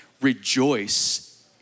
rejoice